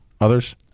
others